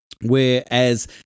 whereas